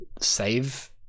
Save